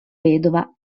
vedova